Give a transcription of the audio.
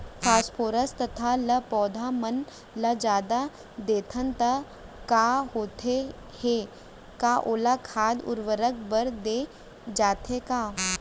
Phosphorus तथा ल पौधा मन ल जादा देथन त का होथे हे, का ओला खाद उर्वरक बर दे जाथे का?